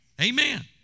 Amen